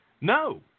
No